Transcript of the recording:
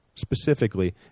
specifically